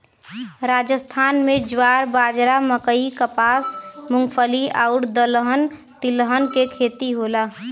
राजस्थान में ज्वार, बाजरा, मकई, कपास, मूंगफली आउर दलहन तिलहन के खेती होला